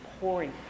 pouring